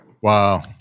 wow